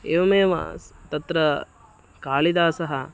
एवमेव सः तत्र कालिदासः